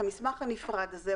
את המסמך הנפרד הזה,